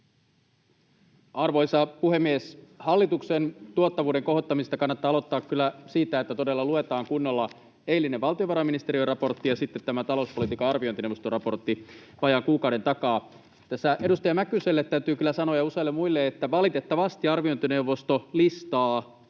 Arvoisa puhemies! Hallituksen tuottavuuden kohottaminen kannattaa aloittaa kyllä siitä, että todella luetaan kunnolla eilinen valtiovarainministeriön raportti ja sitten tämä talouspolitiikan arviointineuvoston raportti vajaan kuukauden takaa. Tässä edustaja Mäkyselle ja useille muille täytyy kyllä sanoa, että valitettavasti arviointineuvosto listaa,